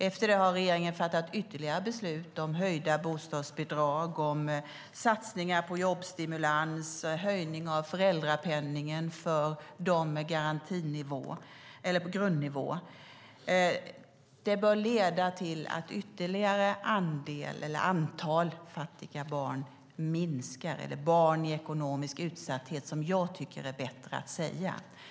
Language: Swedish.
Efter det har regeringen fattat ytterligare beslut om höjda bostadsbidrag, satsningar på jobbstimulans och höjning av föräldrapenningen för dem med grundnivå. Detta bör leda till att antalet fattiga barn eller barn i ekonomisk utsatthet - jag tycker att det är bättre att säga så - minskar.